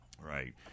Right